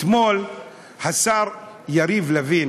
אתמול השר יריב לוין